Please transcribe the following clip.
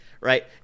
right